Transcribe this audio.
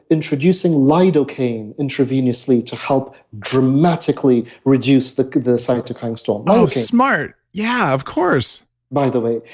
introducing lidocaine intravenously to help dramatically reduce the the cytokine storm oh, smart. yeah, of course by the way.